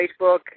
Facebook